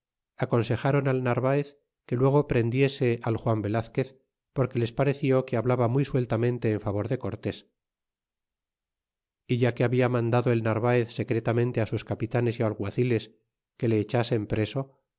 aconsejron al narvaez que luego prendiese al juan velazquez porque les pareció que hablaba muy sueltamente en favor de cortés é ya que habla mandado el narvaez secretamente sus capitanes y alguaciles que le echasen preso